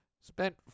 spent